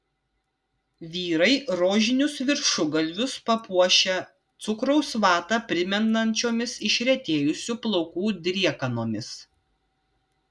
vyrai rožinius viršugalvius papuošę cukraus vatą primenančiomis išretėjusių plaukų driekanomis